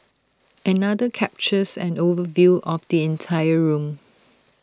another captures an overview of the entire room